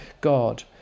God